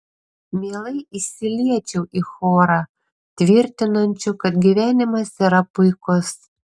mielai įsiliečiau į chorą tvirtinančių kad gyvenimas yra puikus